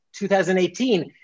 2018